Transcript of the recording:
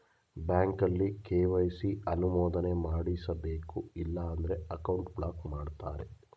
ಬ್ಯಾಂಕಲ್ಲಿ ಕೆ.ವೈ.ಸಿ ಅನುಮೋದನೆ ಮಾಡಿಸಬೇಕು ಇಲ್ಲ ಅಂದ್ರೆ ಅಕೌಂಟ್ ಬ್ಲಾಕ್ ಮಾಡ್ತಾರೆ